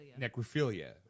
necrophilia